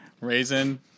Raisin